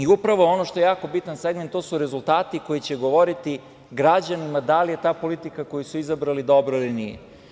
Upravo ono što je jako bitan segment, to su rezultati koji će govoriti građanima da li je ta politika koju su izabrali dobra ili nije.